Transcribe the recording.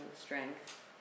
strength